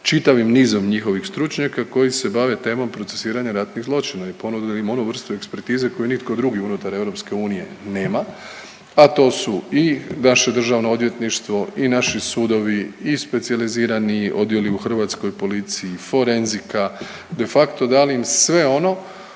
čitavim nizom njihovih stručnjaka koji se bave temom procesuiranja ratnih zločina i ponudili im onu vrstu ekspertize koju nitko drugi unutar Europske unije nema, a to su i naše Državno odvjetništvo i naši sudovi i specijalizirani odjeli u Hrvatskoj policiji, forenzika, de facto dali im sve ono